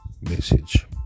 message